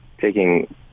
taking –